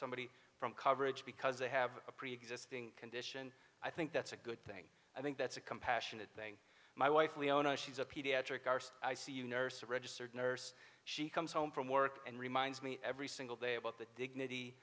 somebody from coverage because they have a preexisting condition i think that's a good thing i think that's a compassionate thing my wife leona she's a pediatric arced i c u nurse a registered nurse she comes home from work and reminds me every single day about the dignity